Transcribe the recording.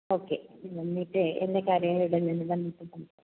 okay എന്നിട്ടേ എല്ലാ കാര്യങ്ങളും ഇവിടെ നിന്ന് വന്നിട്ട് സംസാരിക്കാം